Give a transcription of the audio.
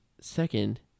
Second